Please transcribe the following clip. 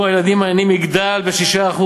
שיעור הילדים העניים יגדל ב-6%,